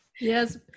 Yes